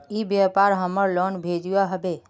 ई व्यापार हमार लोन भेजुआ हभे?